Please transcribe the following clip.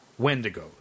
Wendigos